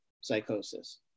psychosis